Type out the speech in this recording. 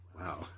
Wow